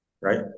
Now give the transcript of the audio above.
right